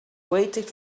waited